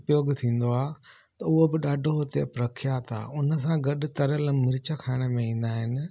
उपयोगु थींदो आहे त उहो बि ॾाढो हिते प्रख्यात आहे उन सां गॾु तरियल मिर्च खाइण में ईंदा आहिनि